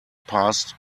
past